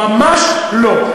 ממש לא.